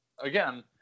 again